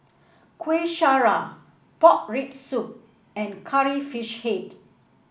Kueh Syara Pork Rib Soup and Curry Fish Head